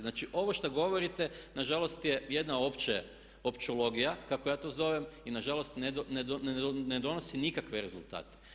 Znači ovo što govorite nažalost je jedna općelogija kako ja to zovem i nažalost ne donosi nikakve rezultate.